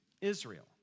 Israel